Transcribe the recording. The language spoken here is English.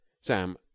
Sam